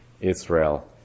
Israel